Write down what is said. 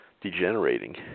degenerating